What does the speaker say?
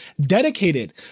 dedicated